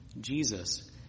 Jesus